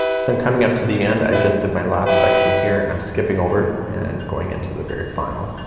so i'm coming up to the end i just did my last section here and i'm skipping over and going into the very final.